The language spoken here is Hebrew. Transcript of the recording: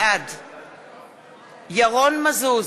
בעד ירון מזוז,